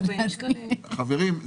חברים,